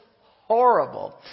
horrible